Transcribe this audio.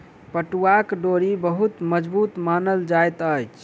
पटुआक डोरी बहुत मजबूत मानल जाइत अछि